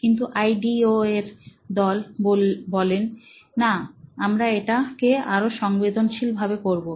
কিন্তু আইডিও এর দল বলেন না আমরা এটিকে আরও সংবেদনশীল ভাবে করবো